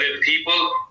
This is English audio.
people